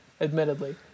Admittedly